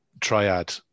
triad